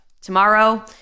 Tomorrow